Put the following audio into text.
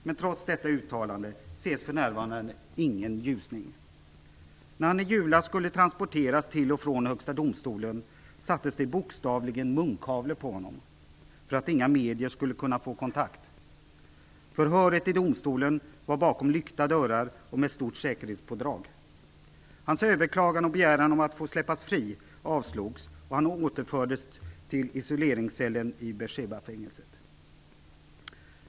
Men trots detta uttalande ses för närvarande ingen ljusning. När han i julas skulle transporteras till och från Högsta domstolen sattes det bokstavligen munkavle på honom för att inga medier skulle kunna få kontakt. Förhöret i domstolen hölls bakom lykta dörrar och med stort säkerhetspådrag. Överklagandet och hans begäran om att släppas fri avslogs, och han återfördes till isoleringscellen i Beershebafängelset.